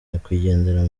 nyakwigendera